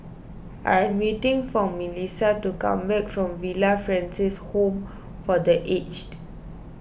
I am waiting for Milissa to come back from Villa Francis Home for the Aged